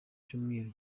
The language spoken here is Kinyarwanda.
cyumweru